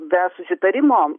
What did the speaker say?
be susitarimo